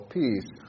peace